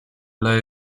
low